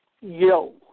yo